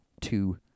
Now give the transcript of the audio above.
two